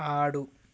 ఆడు